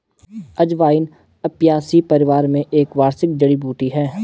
अजवाइन अपियासी परिवार में एक वार्षिक जड़ी बूटी है